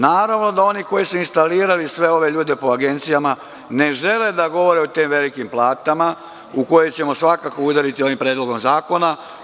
Naravno da oni koji su instalirali sve ove ljude po agencijama ne žele da govore o tim velikim platama, u koje ćemo svakako udariti ovim predlogom zakona.